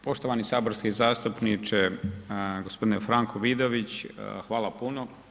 Poštovani saborski zastupniče gospodine Franko Vidović, hvala puno.